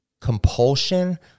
compulsion